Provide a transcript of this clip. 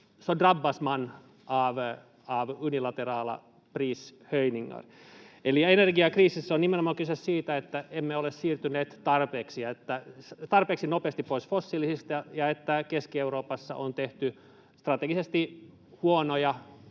så drabbas man av unilaterala prishöjningar. Eli energiakriisissä on kyse nimenomaan siitä, että emme ole siirtyneet tarpeeksi nopeasti pois fossiilisista ja että Keski-Euroopassa on tehty strategisesti huonoja